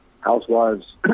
housewives